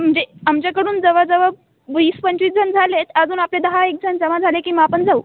म्हणजे आमच्याकडून जवळजवळ वीस पंचवीस जण झाले आहेत अजून आपले दहाएक जण जमा झाले की मग आपण जाऊ